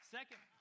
Second